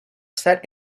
set